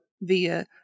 via